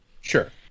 Sure